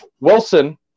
Wilson